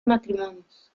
matrimonios